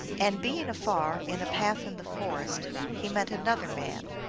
and being afar, in a path in the forest, he met an other man,